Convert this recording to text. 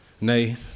Nay